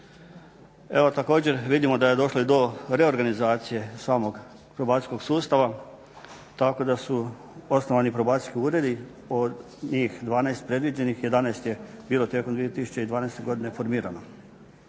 Evo također vidimo da je došlo i do reorganizacije samog probacijskog sustava tako da su osnovani probacijski ured, od njih 12 predviđenih 11 je bilo tijekom 2012. godine formirano.